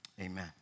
Amen